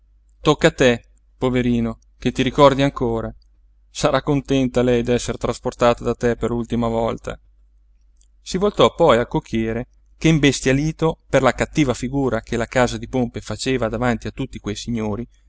tocca a te poverino che ti ricordi ancora sarà contenta lei d'essere trasportata da te per l'ultima volta si voltò poi al cocchiere che imbestialito per la cattiva figura che la casa di pompe faceva davanti a tutti quei signori